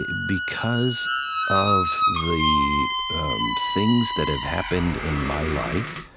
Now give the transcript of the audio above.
because of the things that have happened in my life,